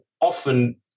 often